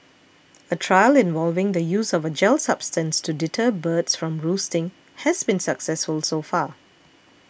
a trial involving the use of a gel substance to deter birds from roosting has been successful so far